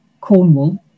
Cornwall